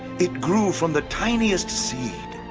it grew from the tiniest seed.